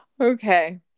Okay